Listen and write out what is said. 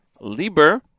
Lieber